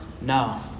No